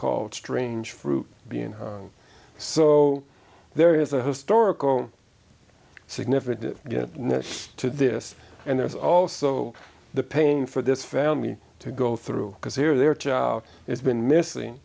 called strange fruit being so there is a historical significance to this and there's also the pain for this family to go through because here their child has been missing